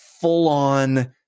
full-on